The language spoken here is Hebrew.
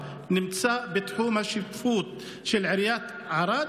נמצא בתחום השיפוט של עיריית ערד,